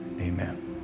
Amen